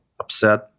upset